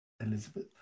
elizabeth